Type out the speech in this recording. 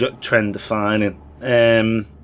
trend-defining